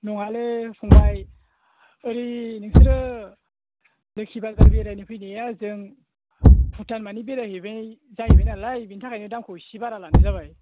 नङालै फंबाइ ओरै नोंसोरो लोखि बाजार बेरायनो फैनाया ओजों भुटान मानि बेरायहैबाय जाहैबायनालाय बिनि थाखायनो दामखौ इसे बारा लानाय जाबाय